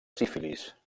sífilis